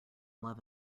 love